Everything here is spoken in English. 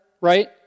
right